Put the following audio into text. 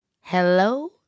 Hello